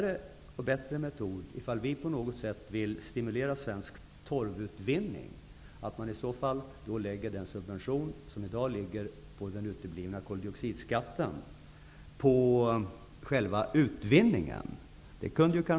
En bättre metod, om vi vill stimulera svensk torvutvinning, vore att lägga subventionen i form av utebliven koldioxidskatt på själva utvinningen.